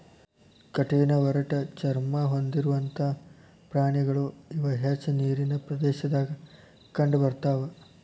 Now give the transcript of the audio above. ಕಠಿಣ ಒರಟ ಚರ್ಮಾ ಹೊಂದಿರುವಂತಾ ಪ್ರಾಣಿಗಳು ಇವ ಹೆಚ್ಚ ನೇರಿನ ಪ್ರದೇಶದಾಗ ಕಂಡಬರತಾವ